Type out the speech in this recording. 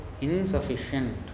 insufficient